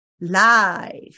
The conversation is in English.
live